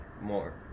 more